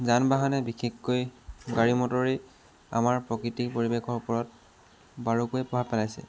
যান বাহনেই বিশেষকৈ গাড়ী মটৰেই আমাৰ প্ৰকৃতিৰ পৰিৱেশৰ ওপৰত বাৰুকৈ প্ৰভাৱ পেলাইছে